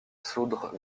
sourdre